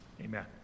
Amen